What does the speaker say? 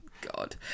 God